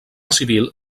civil